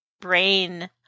brain